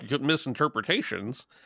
misinterpretations